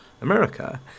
America